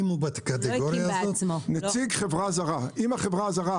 אם החברה הזרה,